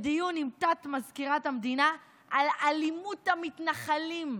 בדיון עם תת-מזכירת המדינה על "אלימות המתנחלים".